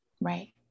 Right